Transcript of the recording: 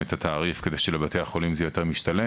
כדי שלבתי החולים זה יהיה יותר משתלם